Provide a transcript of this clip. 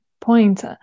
point